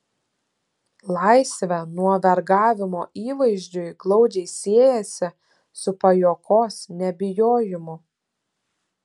laisvė nuo vergavimo įvaizdžiui glaudžiai siejasi su pajuokos nebijojimu